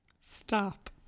stop